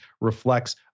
reflects